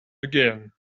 again